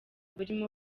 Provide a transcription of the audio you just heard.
burimo